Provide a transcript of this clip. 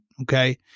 Okay